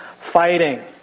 fighting